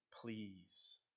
please